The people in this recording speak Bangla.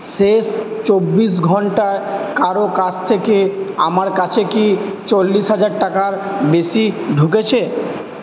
শেষ চব্বিশ ঘন্টায় কারো কাছ থেকে আমার কাছে কি চল্লিশ হাজার টাকার বেশি ঢুকেছে